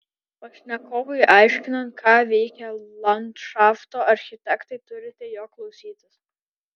pašnekovui aiškinant ką veikia landšafto architektai turite jo klausytis